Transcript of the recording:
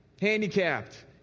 handicapped